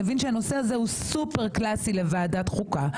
מבין שהנושא הזה סופר-קלאסי לוועדת חוקה.